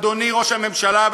אדוני ראש הממשלה,